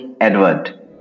Edward